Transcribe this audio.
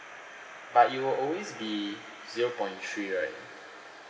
but it will always be zero point three right